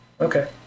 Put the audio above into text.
Okay